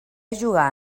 jugar